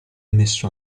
messo